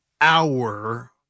hour